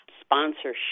sponsorship